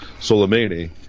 Soleimani